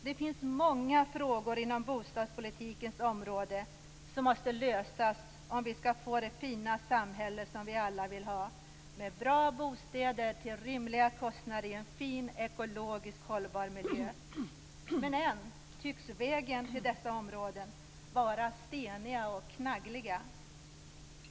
Det finns många frågor inom bostadspolitikens område som måste lösas om vi skall få det fina samhälle som vi alla vill ha med bra bostäder till rimliga kostnader i en fin ekologiskt hållbar miljö. Men än tycks vägen till dessa områden vara stenig och knagglig.